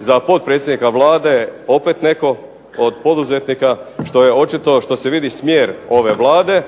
za potpredsjednika Vlade opet netko od poduzetnika što je očito, što se vidi smjer ove Vlade,